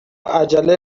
عجله